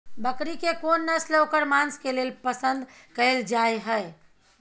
बकरी के कोन नस्ल ओकर मांस के लेल पसंद कैल जाय हय?